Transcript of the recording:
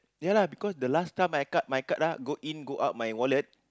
ya lah because the last time I cut my card lah go in go out my wallet